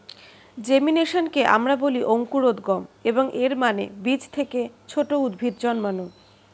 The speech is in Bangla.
জেমিনেশনকে আমরা বলি অঙ্কুরোদ্গম, এবং এর মানে বীজ থেকে ছোট উদ্ভিদ জন্মানো